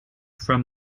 from